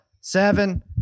Seven